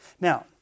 Now